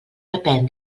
depèn